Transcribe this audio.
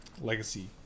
Legacy